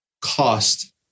cost